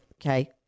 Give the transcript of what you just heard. Okay